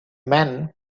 men